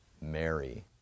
Mary